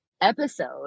episode